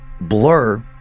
blur